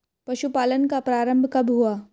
पशुपालन का प्रारंभ कब हुआ?